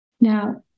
Now